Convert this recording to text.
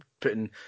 putting